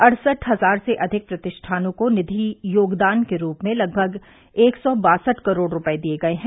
अड़सठ हजार से अधिक प्रतिष्ठानों को निधि योगदान के रूप में लगभग एक सौ बासठ करोड़ रूपये दिये गये हैं